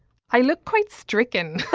i look quite stricken